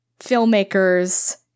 filmmakers